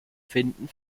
finden